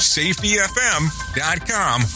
safetyfm.com